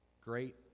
Great